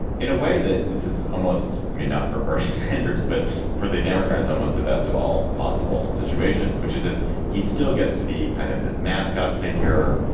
in a way that this is almost i mean not for bernie sanders but for the democrats almost the best of all possible situations which is that he still gets to be kind of this mascot figure.